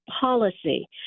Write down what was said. policy